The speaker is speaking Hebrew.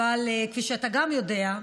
אבל כפי שאתה גם יודע,